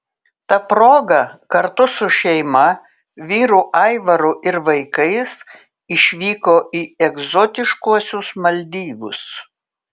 ta proga kartu su šeima vyru aivaru ir vaikais išvyko į egzotiškuosius maldyvus